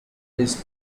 his